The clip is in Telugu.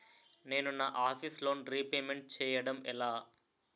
నేను నా ఆఫీస్ లోన్ రీపేమెంట్ చేయడం ఎలా?